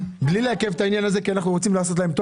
בלי לעכב את העניין הזה כי אנחנו רוצים לעשות להם טוב